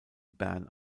bern